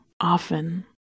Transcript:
often